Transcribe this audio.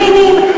הנרטיב.